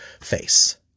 face